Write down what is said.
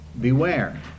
beware